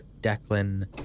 Declan